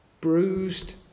bruised